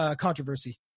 controversy